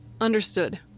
Understood